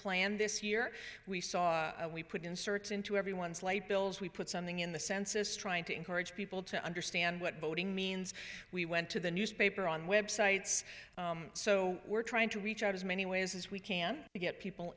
plan this year we saw we put inserts into everyone's light bills we put something in the census trying to encourage people to understand what voting means we went to the newspaper on websites so we're trying to reach out as many ways as we can to get people